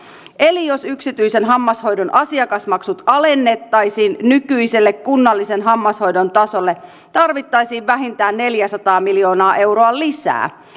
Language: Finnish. eli jos yksityisen hammashoidon asiakasmaksut alennettaisiin nykyiselle kunnallisen hammashoidon tasolle tarvittaisiin vähintään neljäsataa miljoonaa euroa lisää